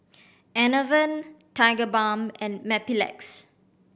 Enervon Tigerbalm and Mepilex